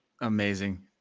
Amazing